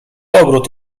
ogród